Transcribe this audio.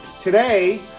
Today